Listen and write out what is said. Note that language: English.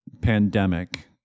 pandemic